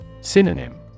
Synonym